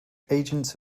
agents